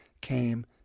came